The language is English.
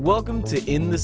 welcome to in the